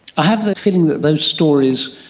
i have the feeling that those stories,